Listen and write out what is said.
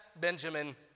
Benjamin